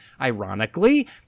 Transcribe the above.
ironically